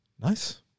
nice